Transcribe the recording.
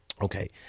Okay